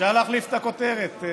אפשר להחליף את הכותרת,